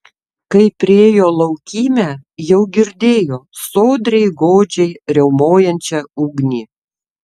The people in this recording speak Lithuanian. kai priėjo laukymę jau girdėjo sodriai godžiai riaumojančią ugnį